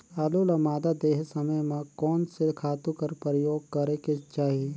आलू ल मादा देहे समय म कोन से खातु कर प्रयोग करेके चाही?